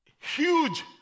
Huge